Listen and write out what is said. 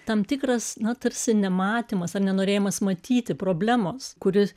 tam tikras nu tarsi nematymas ar nenorėjimas matyti problemos kuri